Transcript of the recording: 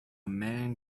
man